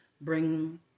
bring